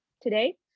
today